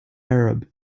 arab